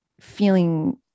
feeling